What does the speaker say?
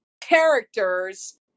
characters